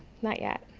not yet.